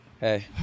hey